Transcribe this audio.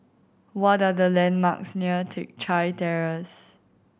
what are the landmarks near Teck Chye Terrace